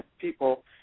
people